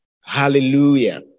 Hallelujah